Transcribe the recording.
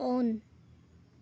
on